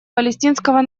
палестинского